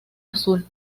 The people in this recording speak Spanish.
azul